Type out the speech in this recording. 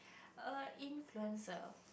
a influencer